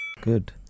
Good